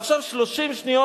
ועכשיו 30 שניות,